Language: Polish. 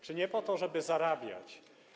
Czy nie po to, żeby zarabiać?